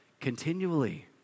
continually